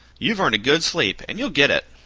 you've earned a good sleep, and you'll get it.